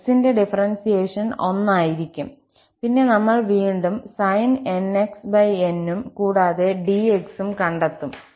𝑥 ന്റെ ഡിഫറെൻസിയേഷൻ 1 ആയിരിക്കും പിന്നെ നമ്മൾ വീണ്ടും sin𝑛𝑥𝑛 ഉം കൂടാതെ 𝑑𝑥 ഉം കണ്ടെത്തും